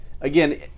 again